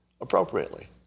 appropriately